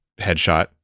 headshot